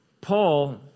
Paul